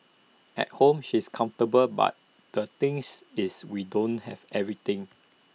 at home she's comfortable but the things is we don't have everything